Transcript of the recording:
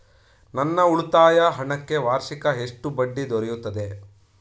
ನನ್ನ ಉಳಿತಾಯ ಹಣಕ್ಕೆ ವಾರ್ಷಿಕ ಎಷ್ಟು ಬಡ್ಡಿ ದೊರೆಯುತ್ತದೆ?